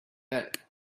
that